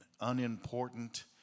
unimportant